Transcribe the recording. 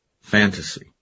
fantasy